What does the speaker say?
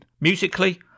musically